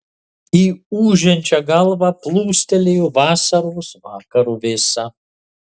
į ūžiančią galvą plūstelėjo vasaros vakaro vėsa